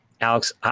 Alex